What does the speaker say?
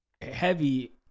heavy